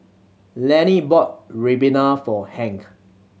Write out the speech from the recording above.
Lannie bought ribena for Hank